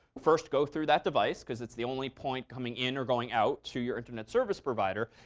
first go through that device. because it's the only point coming in or going out to your internet service provider.